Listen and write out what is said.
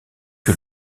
que